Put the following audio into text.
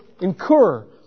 incur